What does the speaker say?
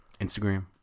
Instagram